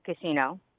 casino